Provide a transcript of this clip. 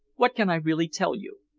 what can i really tell you?